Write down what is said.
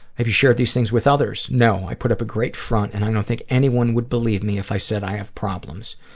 have you shared these things with others? no, i put up a great front, and i don't think anyone would believe me if i said i have problems.